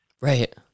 Right